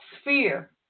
sphere